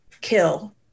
kill